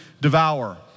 devour